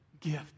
gift